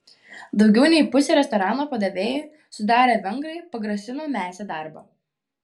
daugiau nei pusę restorano padavėjų sudarę vengrai pagrasino mesią darbą